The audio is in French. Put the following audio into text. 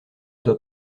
doit